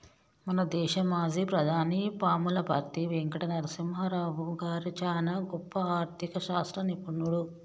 మన దేశ మాజీ ప్రధాని పాములపర్తి వెంకట నరసింహారావు గారు చానా గొప్ప ఆర్ధిక శాస్త్ర నిపుణుడు